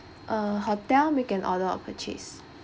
uh hotel make an order of purchase